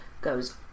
goes